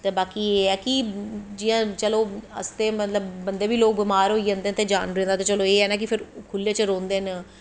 बाकी एह् ऐ कि जियां चलो अस ते बंदे बी मतलव बमार होई जंदे ते जानवरें दा ते एह् ऐ कि खुल्ले च रौंह्दे न